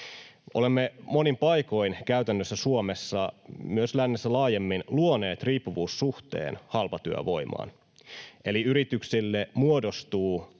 Olemme monin paikoin käytännössä Suomessa, myös lännessä laajemmin, luoneet riippuvuussuhteen halpatyövoimaan, eli yrityksille muodostuu